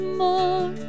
more